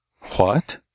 What